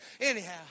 anyhow